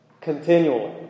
continually